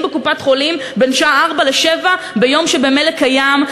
בקופת-חולים בין שעה 16:00 ל-19:00 ביום שממילא קיים.